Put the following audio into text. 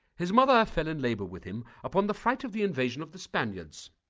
his mother fell in labour with him upon the flight of the invasion of the spaniards.